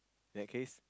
that case